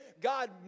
God